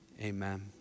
Amen